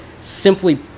simply